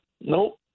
Nope